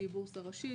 שהיא בורסה ראשית,